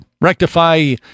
rectify